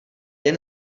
jen